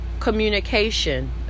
communication